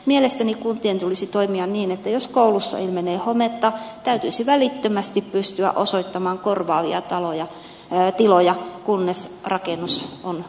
mielestäni kuntien tulisi toimia niin että jos koulussa ilmenee hometta täytyisi välittömästi pystyä osoittamaan korvaavia tiloja kunnes rakennus on korjattu